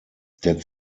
der